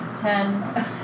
ten